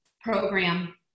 program